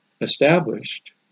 established